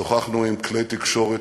שוחחנו עם כלי תקשורת,